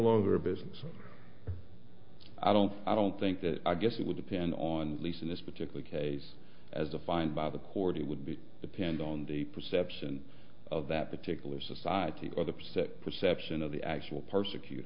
longer business i don't i don't think that i guess it would depend on least in this particular case as defined by the court it would be depend on the perception of that particular society or the perception of the actual